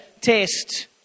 test